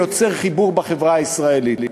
שיוצר חיבור בחברה הישראלית.